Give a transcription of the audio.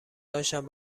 داشتم